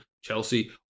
Chelsea